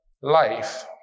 life